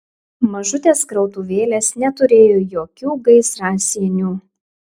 mažutės krautuvėlės neturėjo jokių gaisrasienių